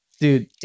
dude